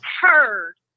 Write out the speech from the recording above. heard